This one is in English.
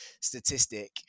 statistic